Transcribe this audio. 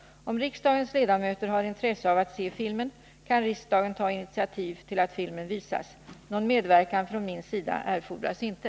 Om riksdagens ledamöter har intresse av att se filmen, kan riksdagen ta initiativ till att filmen visas. Någon medverkan från min sida erfordras inte.